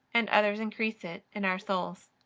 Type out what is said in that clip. and others increase it in our souls.